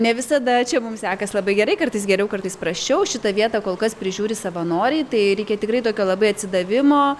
ne visada čia mums sekas labai gerai kartais geriau kartais prasčiau šitą vietą kol kas prižiūri savanoriai tai reikia tikrai tokio labai atsidavimo